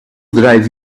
drive